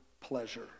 pleasure